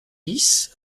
dix